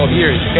years